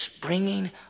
bringing